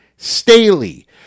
Staley